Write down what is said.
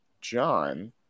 John